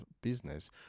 business